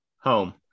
Home